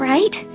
Right